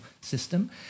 system